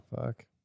fuck